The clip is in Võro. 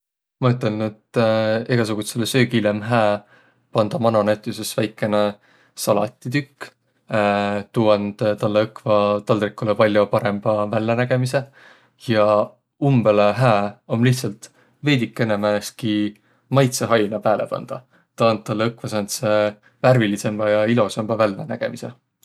Ma ütelnüq, et egäsugutsõlõ söögile om hää pandaq mano näütüses väikene salatitükk. Tuu and tälle õkva taldrikulõ pall'o parõmba vällänägemise. Ja umbõlõ hää om lihtsält veidikene määnestki maitsõhaina pääle pandaq. Taa and tallõ õkva sääntse värvilidsembä ja ilosamba vällänägemise.